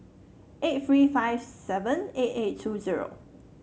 eight three five seven eight eight two zero